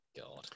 God